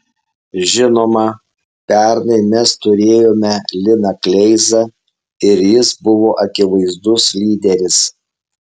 žinoma pernai mes turėjome liną kleizą ir jis buvo akivaizdus lyderis